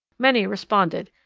many responded,